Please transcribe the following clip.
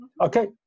okay